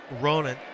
Ronan